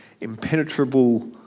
impenetrable